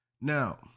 Now